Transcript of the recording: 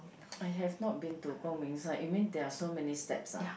I have not been to 光明山 you mean there are so many steps ah